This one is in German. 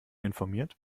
informiert